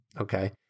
Okay